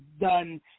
done